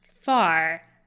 far